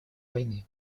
войны